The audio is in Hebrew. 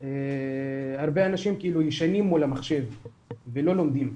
ממש, הרבה אנשים ישנים מול המחשב ולא לומדים.